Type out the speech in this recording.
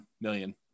million